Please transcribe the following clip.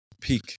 peak